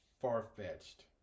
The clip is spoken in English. far-fetched